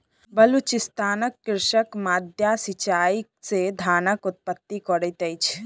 बलुचिस्तानक कृषक माद्दा सिचाई से धानक उत्पत्ति करैत अछि